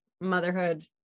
motherhood